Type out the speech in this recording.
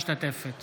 משתתפת